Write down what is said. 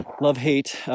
love-hate